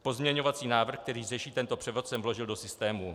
Pozměňovací návrh, který řeší tento převod, jsem vložil do systému.